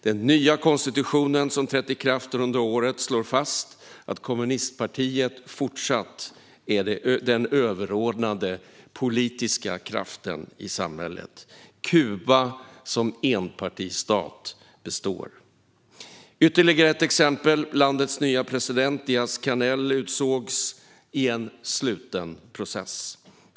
Den nya konstitution som trätt i kraft under året slår fast att kommunistpartiet fortsatt är den överordnade politiska kraften i samhället. Kuba som enpartistat består. Här är ytterligare ett exempel: Landets nya president, Díaz-Canel, utsågs i en sluten process.